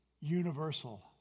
universal